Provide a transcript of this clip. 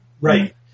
Right